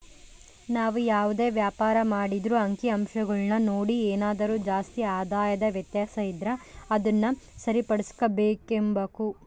ನಾವು ಯಾವುದೇ ವ್ಯಾಪಾರ ಮಾಡಿದ್ರೂ ಅಂಕಿಅಂಶಗುಳ್ನ ನೋಡಿ ಏನಾದರು ಜಾಸ್ತಿ ಆದಾಯದ ವ್ಯತ್ಯಾಸ ಇದ್ರ ಅದುನ್ನ ಸರಿಪಡಿಸ್ಕೆಂಬಕು